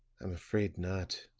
i'm afraid not,